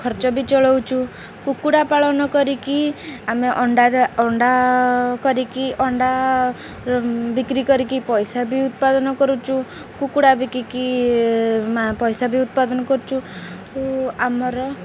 ଖର୍ଚ୍ଚ ବି ଚଳାଉଛୁ କୁକୁଡ଼ା ପାଳନ କରିକି ଆମେ ଅଣ୍ଡା ଅଣ୍ଡା କରିକି ଅଣ୍ଡା ବିକ୍ରି କରିକି ପଇସା ବି ଉତ୍ପାଦନ କରୁଛୁ କୁକୁଡ଼ା ବିକିକି ପଇସା ବି ଉତ୍ପାଦନ କରୁଛୁ ଓ ଆମର